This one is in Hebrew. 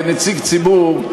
כנציג ציבור,